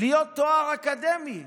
לתת תואר אקדמי.